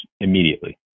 immediately